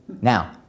Now